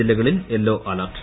ജില്ലകളിൽ yellow alert